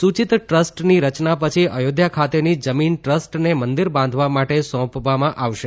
સૂચિત ટ્રસ્ટની રચના પછી અયોધ્યા ખાતેની જમીન ટ્રસ્ટને મંદિર બાંધવા માટે સોંપવામાં આવશે